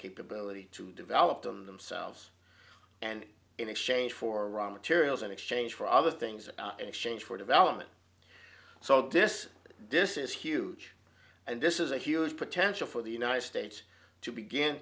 capability to develop them themselves and in exchange for raw materials in exchange for other things in exchange for development so this this is huge and this is a huge potential for the united states to begin